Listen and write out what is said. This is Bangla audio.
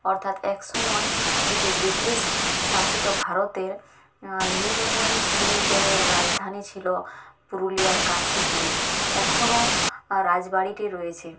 অর্থাৎ একসময়ে এটি ব্রিটিশ শাসিত ভারতের নীলমণি সিং দেবের রাজধানী ছিল পুরুলিয়ার কাশীপুরে এখনও রাজবাড়িটি রয়েছে